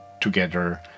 together